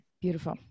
Beautiful